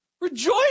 Rejoice